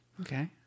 Okay